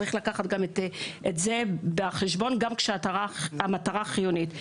צריך לקחת גם את זה בחשבון גם כשהמטרה חיונית.